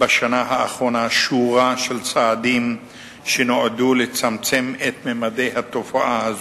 בשנה האחרונה שורת צעדים שנועדו לצמצם את ממדי התופעה הזאת.